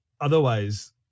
otherwise